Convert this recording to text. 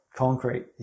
concrete